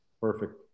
Perfect